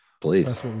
Please